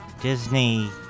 Disney